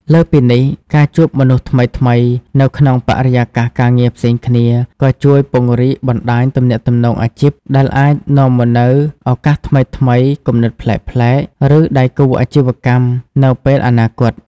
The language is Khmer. លើសពីនេះ ការជួបមនុស្សថ្មីៗនៅក្នុងបរិយាកាសការងារផ្សេងគ្នា ក៏ជួយពង្រីកបណ្តាញទំនាក់ទំនងអាជីព ដែលអាចនាំមកនូវឱកាសថ្មីៗ គំនិតប្លែកៗ ឬដៃគូអាជីវកម្មនៅពេលអនាគត។